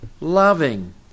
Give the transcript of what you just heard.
Loving